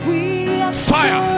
Fire